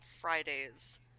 Fridays